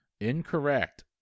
Incorrect